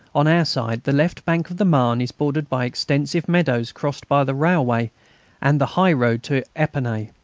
on our side, the left bank of the marne is bordered by extensive meadows crossed by the railway and the high-road to epernay.